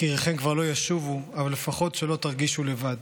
יקיריכם כבר לא ישובו, אבל לפחות שלא תרגישו לבד.